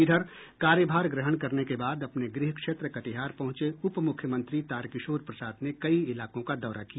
इधर कार्यभार ग्रहण करने के बाद अपने गृह क्षेत्र कटिहार पहुंचे उप मुख्यमंत्री तारकिशोर प्रसाद ने कई इलाकों का दौरा किया